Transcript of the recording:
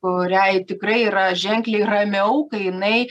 kuriai tikrai yra ženkliai ramiau kai jinai